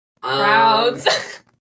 crowds